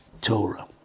Torah